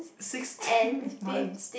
sixteen months